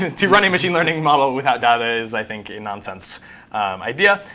to run a machine learning model without data is, i think, a nonsense idea.